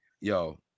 Yo